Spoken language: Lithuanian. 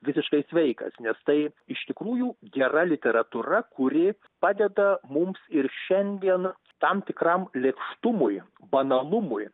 visiškai sveikas nes tai iš tikrųjų gera literatūra kuri padeda mums ir šiandien tam tikram lėkštumui banalumui